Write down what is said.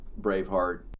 Braveheart